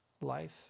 life